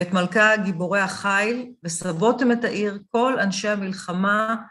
את מלכה הגיבורי החיל, וסבותם את העיר כל אנשי המלחמה.